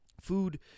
food